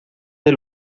del